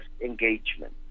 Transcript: engagement